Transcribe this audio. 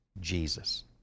Jesus